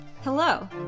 Hello